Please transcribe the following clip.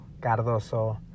Cardoso